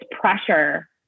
pressure